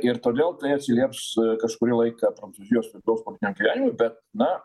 ir toliau tai atsilieps kažkurį laiką prancūzijos vidaus politiniam gyvenimui na